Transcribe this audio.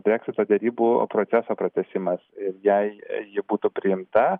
breksito derybų proceso pratęsimas ir jei ji būtų priimta